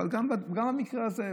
אבל גם במקרה הזה,